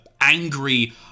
angry